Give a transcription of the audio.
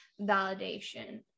validation